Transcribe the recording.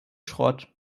schrott